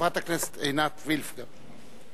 חברת הכנסת עינת וילף גם.